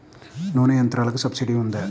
నూనె యంత్రాలకు సబ్సిడీ ఉందా?